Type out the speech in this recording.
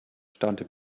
staunte